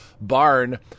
barn